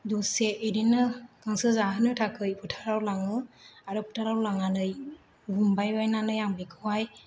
दसे इदिनो गांसो जाहोनो थाखाय फोथाराव लाङो आरो फोथाराव लांनानै गुमबाय बायनानै आं बिखौहाय